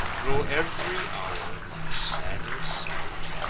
grow every hour a sadder sight,